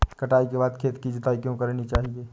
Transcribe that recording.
कटाई के बाद खेत की जुताई क्यो करनी चाहिए?